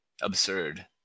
absurd